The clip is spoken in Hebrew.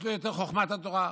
יש לו יותר חוכמת התורה,